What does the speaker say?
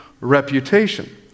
reputation